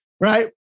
Right